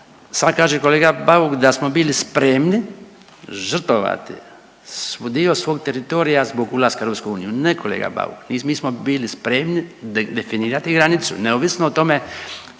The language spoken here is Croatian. sad kaže kolega Bauk da smo bili spremni žrtvovati dio svog teritorija zbog ulaska u EU. Ne kolega Bauk, mi smo bili spremni definirati granicu, neovisno o tome